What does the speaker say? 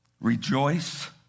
Rejoice